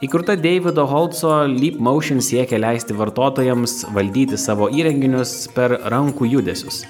įkurta deivido holco leap motion siekia leisti vartotojams valdyti savo įrenginius per rankų judesius